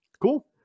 cool